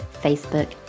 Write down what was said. Facebook